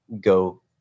go